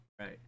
Right